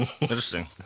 Interesting